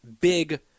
big